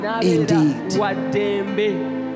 indeed